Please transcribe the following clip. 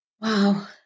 Wow